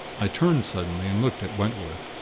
i turned suddenly, and looked at wentworth.